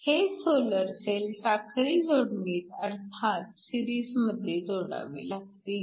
हे solar cell साखळी जोडणीत अर्थात सिरीजमध्ये जोडावे लागतील